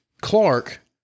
Clark